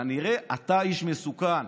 כנראה אתה איש מסוכן.